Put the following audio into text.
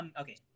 Okay